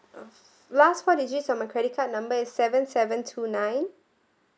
last four digits of my credit card number is seven seven two nine